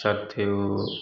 सब थे वो